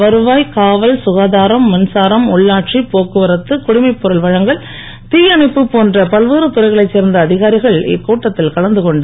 வருவாய் காவல் சுகாதாரம் மின்சாரம் உள்ளாட்சி போக்குவரத்து குடிமைப்பொருள் வழங்கல் தியணைப்பு போன்ற பல்வேறு துறைகளைச் சேர்ந்த அதிகாரிகள் இக்கூட்டத்தில் கலந்து கொண்டு